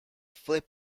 flip